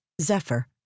zephyr